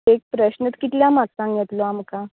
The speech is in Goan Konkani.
एक प्रस्न कितल्या मार्कसांक येतलो आमकां